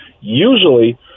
usually –